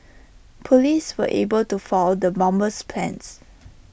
Police were able to foil the bomber's plans